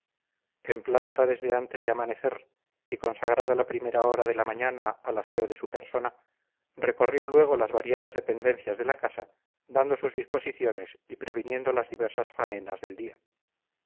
en planta desde antes de amanecer y consagrada la primera hora de la mañana al aseo de su persona recorrió luego las varias dependencias de la casa dando sus disposiciones y previniendo las diversas faenas del día